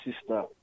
sister